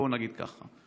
בואו נגיד ככה.